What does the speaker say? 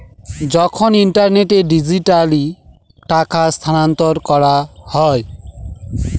যখন ইন্টারনেটে ডিজিটালি টাকা স্থানান্তর করা হয়